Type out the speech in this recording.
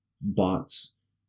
bots